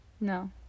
No